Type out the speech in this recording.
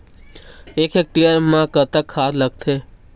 एक हेक्टेयर टमाटर म कतक खाद लागथे?